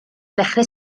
ddechrau